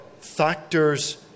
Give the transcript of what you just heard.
factors